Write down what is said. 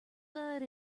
but